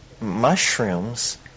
mushrooms